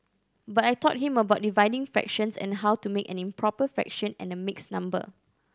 but I taught him about dividing fractions and how to make an improper fraction and a mixed number